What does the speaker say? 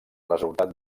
resultat